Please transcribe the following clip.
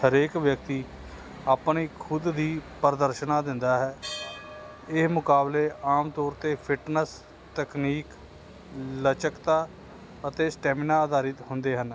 ਹਰੇਕ ਵਿਅਕਤੀ ਆਪਣੀ ਖੁਦ ਦੀ ਪ੍ਰਦਰਸ਼ਨ ਦਿੰਦਾ ਹੈ ਇਹ ਮੁਕਾਬਲੇ ਆਮ ਤੌਰ 'ਤੇ ਫਿਟਨੈਸ ਤਕਨੀਕ ਲਚਕਤਾ ਅਤੇ ਸੈਟੈਮੀਨਾ ਅਧਾਰਿਤ ਹੁੰਦੇ ਹਨ